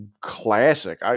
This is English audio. classic